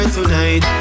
tonight